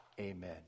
Amen